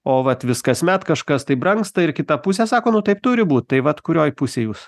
o vat vis kasmet kažkas tai brangsta ir kita pusė sako nu taip turi būt tai vat kurioj pusėj jūs